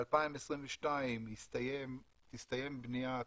ב-2022 תסתיים בניית